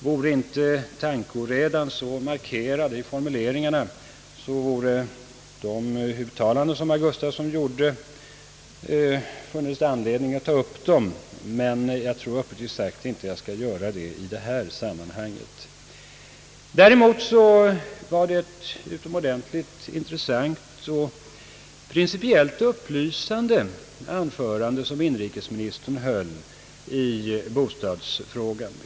Vore inte tankeoredan så markerad i herr Gustafssons formuleringar, hade det funnits anledning att ta upp de uttalanden, som fällts av herr Gustafsson. Men jag tror uppriktigt sagt inte att jag skall göra det i detta sammanhang — det nyttar föga. Det anförande som inrikesministern höll i bostadsfrågan var däremot utomordentligt intressant och principiellt upplysande.